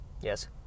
Yes